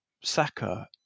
Saka